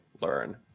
learn